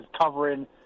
covering